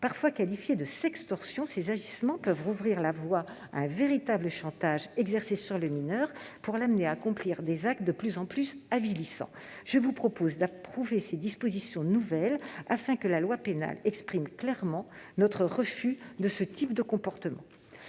Parfois qualifiés de « sextorsion », ces agissements peuvent ouvrir la voie à un véritable chantage exercé sur le mineur pour l'amener à accomplir des actes de plus en plus avilissants. Je vous propose d'approuver ces dispositions nouvelles, afin que la loi pénale exprime clairement notre refus de ce type de comportement.